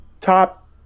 top